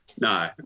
No